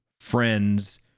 friends